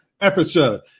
episode